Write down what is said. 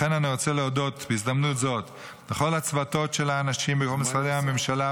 לכן אני רוצה להודות בהזדמנות זאת לכל הצוותים של האנשים במשרדי הממשלה,